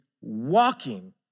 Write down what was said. walking